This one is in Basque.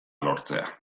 lortzea